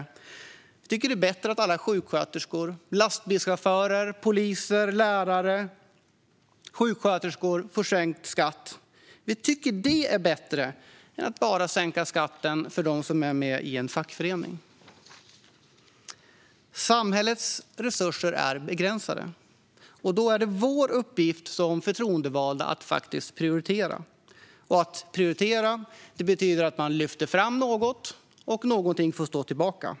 Vi tycker att det är bättre att alla sjuksköterskor, lastbilschaufförer, poliser och lärare får sänkt skatt. Vi tycker att det är bättre än att sänka skatten bara för dem som är med i en fackförening. Samhällets resurser är begränsade, och då är det vår uppgift som förtroendevalda att prioritera. Att prioritera innebär att något lyfts fram och något får stå tillbaka.